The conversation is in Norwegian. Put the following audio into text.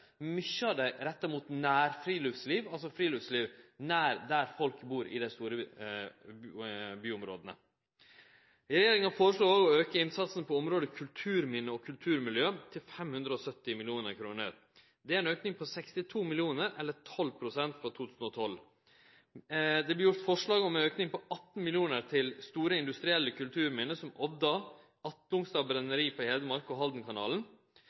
Mykje av desse pengane er retta mot nærfriluftsliv, altså friluftsliv nær der folk bur i dei store byområda. Regjeringa foreslår òg å auke innsatsen på området kulturminne og kulturmiljø til 570 mill. kr. Det er ein auke på 62 mill. kr, eller 12 pst., frå 2012. Det vert sett fram forslag om ein auke på 18 mill. kr til store industrielle kulturminne, som Odda, Atlungstad brenneri i Hedmark og Haldenkanalen.